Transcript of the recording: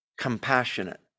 compassionate